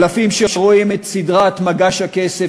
אלפים שרואים את הסדרה "מגש הכסף",